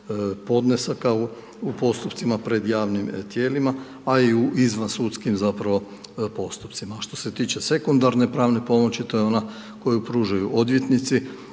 podnesaka u postupcima pred javnim tijelima a i u izvansudskim zapravo postupcima. A što se tiče sekundarne pravne pomoći, to je ona koju pružaju odvjetnici